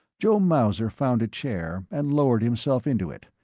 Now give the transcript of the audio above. joe mauser found a chair and lowered himself into it.